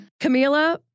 Camila